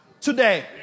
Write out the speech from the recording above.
today